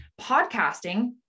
podcasting